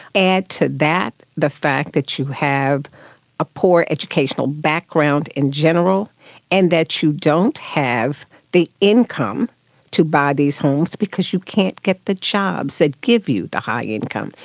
add to that the fact that you have a poor educational background in general and that you don't have the income to buy these homes because you can't get the jobs that give you the high income.